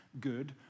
good